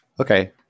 Okay